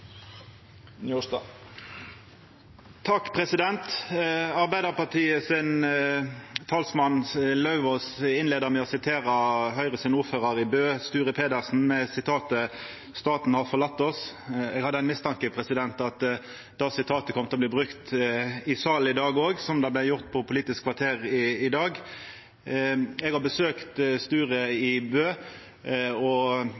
talsmann, Lauvås, innleia med å sitera Høgres ordførar i Bø, Sture Pedersen, med sitatet: «Staten har forlatt oss». Eg hadde ein mistanke om at det sitatet kom til å bli brukt i salen i dag òg, som det vart gjort på Politisk kvarter i dag. Eg har besøkt Sture i Bø, og